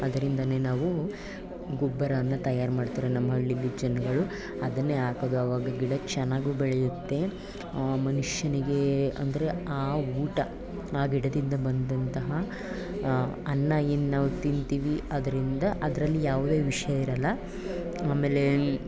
ಅದ್ರಿಂದಲೇ ನಾವು ಗೊಬ್ಬರವನ್ನು ತಯಾರು ಮಾಡ್ತಾರೆ ನಮ್ಮ ಹಳ್ಳಿಗಳಲ್ಲಿ ಜನಗಳು ಅದನ್ನೇ ಹಾಕೋದು ಆವಾಗ ಗಿಡ ಚೆನ್ನಾಗೂ ಬೆಳೆಯುತ್ತೆ ಮನುಷ್ಯನಿಗೆ ಅಂದರೆ ಆ ಊಟ ಆ ಗಿಡದಿಂದ ಬಂದಂತಹ ಆ ಅನ್ನ ಏನು ನಾವು ತಿಂತೀವಿ ಅದರಿಂದ ಅದರಲ್ಲಿ ಯಾವುದೇ ವಿಷ ಇರೋಲ್ಲ ಆಮೇಲೆ